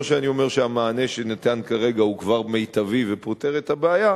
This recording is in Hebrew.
לא שאני אומר שהמענה שניתן כרגע הוא כבר מיטבי ופותר את הבעיה,